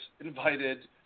invited